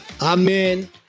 Amen